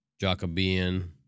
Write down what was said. Jacobean